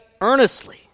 earnestly